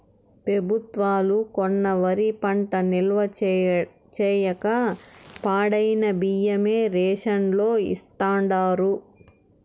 పెబుత్వాలు కొన్న వరి పంట నిల్వ చేయక పాడైన బియ్యమే రేషన్ లో ఇస్తాండారు